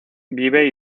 vive